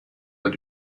wird